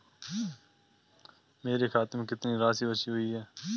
मेरे खाते में कितनी राशि बची हुई है?